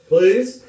Please